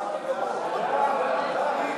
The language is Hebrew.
סעיף 8,